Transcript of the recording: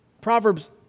Proverbs